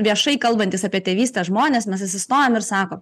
viešai kalbantys apie tėvystę žmonės mes atsistojam ir sakom